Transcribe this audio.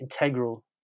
Integral